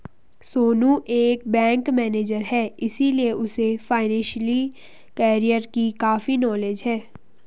सोनू एक bank manager है इसीलिए उसे फाइनेंशियल कैरियर की काफी नॉलेज है